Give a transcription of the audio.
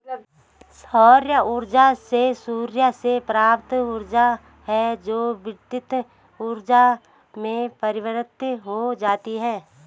सौर ऊर्जा सूर्य से प्राप्त ऊर्जा है जो विद्युत ऊर्जा में परिवर्तित हो जाती है